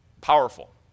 Powerful